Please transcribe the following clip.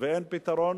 ואין פתרון